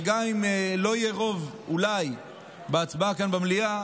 וגם אם אולי לא יהיה רוב בהצבעה כאן במליאה,